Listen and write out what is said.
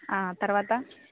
తర్వాత